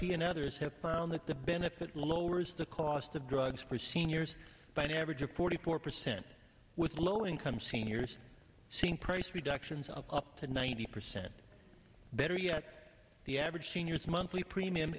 p and others have found that the benefit lowers the cost of drugs for seniors by an average of forty four percent with low income seniors seeing price reductions of up to ninety percent better yet the average seniors monthly premium